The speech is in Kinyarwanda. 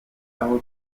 aho